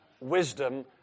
wisdom